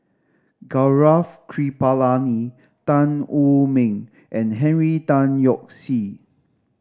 Gaurav Kripalani Tan Wu Ming and Henry Tan Yoke See